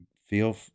feel